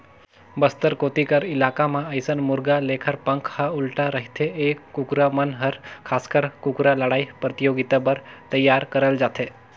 बस्तर कोती कर इलाका म अइसन मुरगा लेखर पांख ह उल्टा रहिथे ए कुकरा मन हर खासकर कुकरा लड़ई परतियोगिता बर तइयार करल जाथे